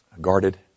guarded